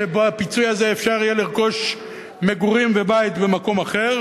שבפיצוי הזה אפשר יהיה לרכוש מגורים ובית במקום אחר,